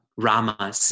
Rama